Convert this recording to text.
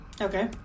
Okay